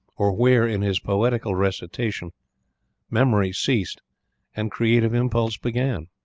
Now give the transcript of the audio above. or where in his poetical recitation memory ceased and creative impulse began!